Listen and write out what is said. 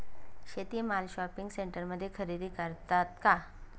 शेती माल शॉपिंग सेंटरमध्ये खरेदी करतात का?